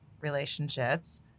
relationships